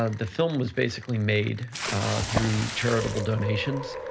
ah the film was basically made through charitable donations.